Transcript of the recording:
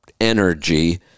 energy